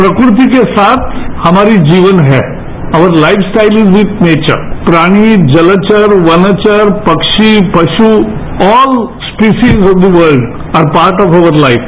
प्रकृति के साथ हमारी जीवन है और our lifestyle is क्थि नेकर प्राणी जलवर क्नवर पक्षी पश् all species of the world are part of our life